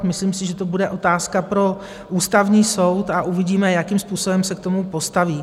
Myslím si, že to bude otázka pro Ústavní soud, a uvidíme, jakým způsobem se k tomu postaví.